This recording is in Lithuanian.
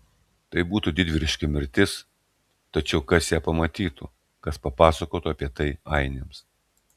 tai būtų didvyriška mirtis tačiau kas ją pamatytų kas papasakotų apie tai ainiams